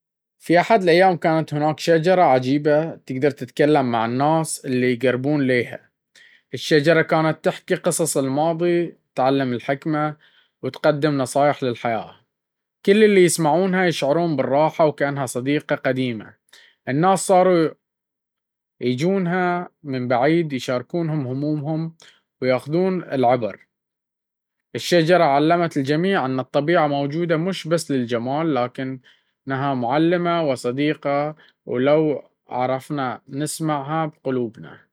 في أحد الأيام، كانت هناك شجرة عجيبة تقدر تتكلم مع الناس اللي يقربون لها. الشجرة كانت تحكي قصص الماضي، تعلم الحكمة، وتقدم نصائح للحياة. كل اللي يسمعونها يشعرون بالراحة وكأنها صديقة قديمة. الناس صاروا ييجونها من بعيد يشاركون همومهم ويأخذون العبر. الشجرة علمت الجميع إن الطبيعة موجودة مش بس للجمال، لكنها معلمة وصديقة لو عرفنا نسمعها بقلوبنا.